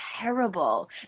terrible